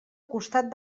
costat